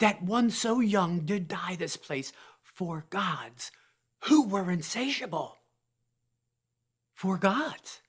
that one so young did die this place for gods who were insatiable for god